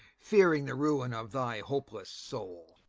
fearing the ruin of thy hopeless soul.